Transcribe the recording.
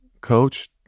coach